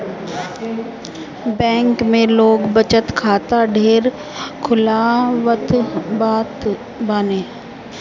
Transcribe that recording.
bank में लोग बचत खाता ढेर खोलवावत बाने